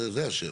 זו השאלה.